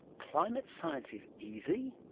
climate science is easy?